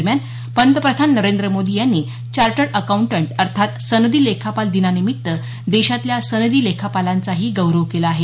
दरम्यान पंतप्रधान नरेंद्र मोदी यांनी चार्टर्ड अकांउटंट अर्थात सनदी लेखापाल दिनानिमित्त देशातल्या सनदी लेखापालांचा गौरव केला आहे